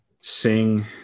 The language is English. sing